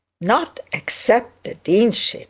not accept the deanship!